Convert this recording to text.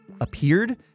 appeared